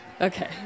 Okay